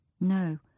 No